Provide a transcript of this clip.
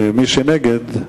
מי שנגד,